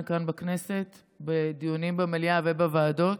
כאן בכנסת בדיונים במליאה ובוועדות.